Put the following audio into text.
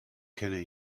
kenne